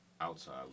outside